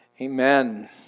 Amen